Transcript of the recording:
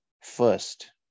first